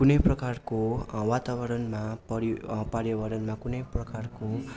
कुनै प्रकारको वातावरणमा परि पार्यावरणमा कुनै प्रकारको